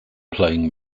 playing